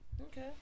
Okay